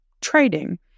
trading